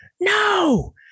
no